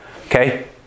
Okay